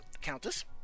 Countess